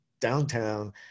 downtown